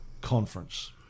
conference